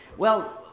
well,